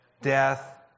Death